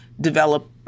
develop